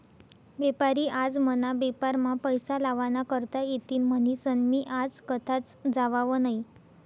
बेपारी आज मना बेपारमा पैसा लावा ना करता येतीन म्हनीसन मी आज कथाच जावाव नही